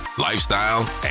lifestyle